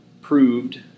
proved